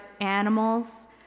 animals